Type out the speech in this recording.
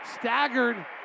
staggered